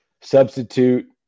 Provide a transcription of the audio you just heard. substitute